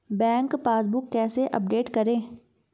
Bank passbook कैसे update करें?